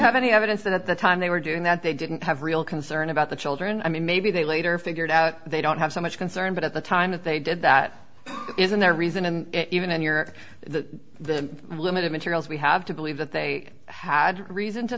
have any evidence that at the time they were doing that they didn't have real concern about the children i mean maybe they later figured out they don't have so much concern but at the time that they did that isn't their reason and even in europe the limited materials we have to believe that they had a reason to